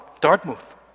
Dartmouth